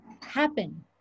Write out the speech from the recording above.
happen